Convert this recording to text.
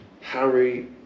Harry